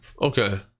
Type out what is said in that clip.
Okay